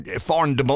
foreign